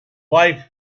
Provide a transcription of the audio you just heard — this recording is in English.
wife